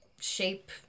shape